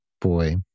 Boy